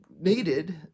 Needed